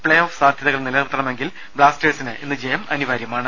play off സാധ്യതകൾ നിലനിർത്തണമെങ്കിൽ ബ്ലാസ്റ്റേഴ്സിന് ഇന്ന് ജയം അനിവാര്യമാണ്